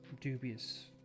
dubious